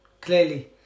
Clearly